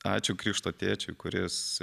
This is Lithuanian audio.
ačiū krikšto tėčiui kuris